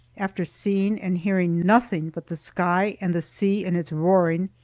after seeing and hearing nothing but the sky and the sea and its roaring,